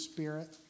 Spirit